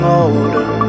older